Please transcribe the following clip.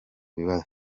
bibazo